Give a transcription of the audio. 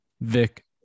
Vic